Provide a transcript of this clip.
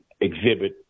exhibit